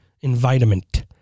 environment